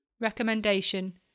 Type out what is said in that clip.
Recommendation